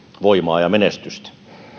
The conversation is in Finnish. voimaa ja menestystä